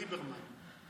ליברמן.